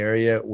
Area